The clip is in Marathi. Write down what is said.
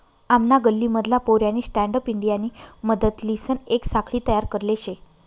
आमना गल्ली मधला पोऱ्यानी स्टँडअप इंडियानी मदतलीसन येक साखळी तयार करले शे